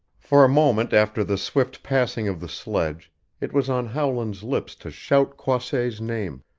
for a moment after the swift passing of the sledge it was on howland's lips to shout croisset's name